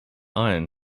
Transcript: iron